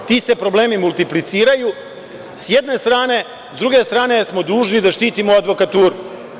Ti se problemi multipliciraju sa jedne strane, a sa druge strane smo dužni da štitimo advokaturu.